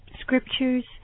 scriptures